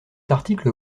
article